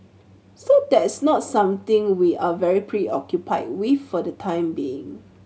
so that's not something we are very preoccupied with for the time being